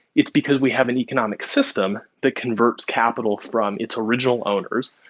it's because we have an economic system that converts capital from its original owners.